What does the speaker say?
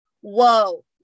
whoa